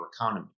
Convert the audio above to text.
economy